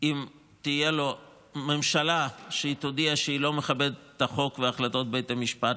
אם תהיה לו ממשלה שתודיע שהיא לא מכבדת את החוק והחלטות בית המשפט?